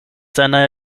seiner